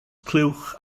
clywch